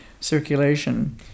circulation